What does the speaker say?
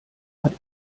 hat